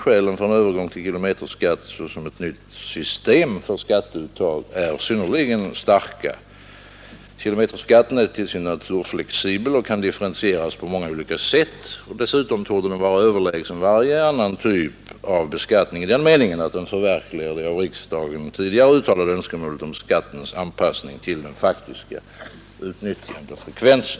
Skälen för en övergång till kilometerskatt såsom ett nytt system för skatteuttag är synnerligen starka. Kilometerskatten är till sin natur flexibel och kan differentieras på många olika sätt. Dessutom torde den vara överlägsen varje annan typ av beskattning i den meningen, att den förverkligar det av riksdagen tidigare uttalade önskemålet om skattens anpassning till den faktiska utnyttjandefrekvensen.